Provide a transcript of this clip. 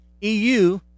EU